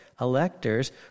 electors